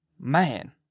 Man